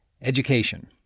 education